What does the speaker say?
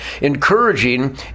encouraging